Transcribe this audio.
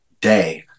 day